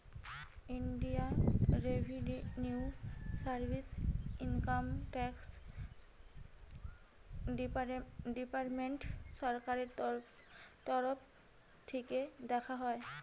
Indian revenue service income tax department সরকারের তরফ থিকে দেখা হয়